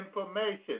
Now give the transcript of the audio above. information